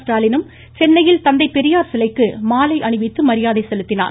ஸ்டாலினும் சென்னையில் தந்தை பெரியார் சிலைக்கு மாலை அணிவித்து மரியாதை செலுத்தினார்